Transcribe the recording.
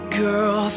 girl